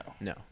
No